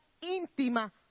íntima